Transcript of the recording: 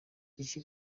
iki